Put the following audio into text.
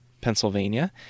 Pennsylvania